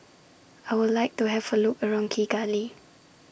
I Would like to Have A Look around Kigali